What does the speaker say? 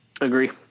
Agree